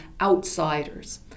outsiders